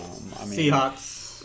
Seahawks